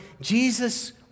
Jesus